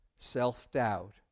self-doubt